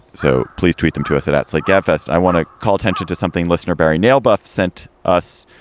so please tweet them to us. that's like gabfests. i want to call attention to something listener barry nael buff sent us.